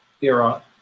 era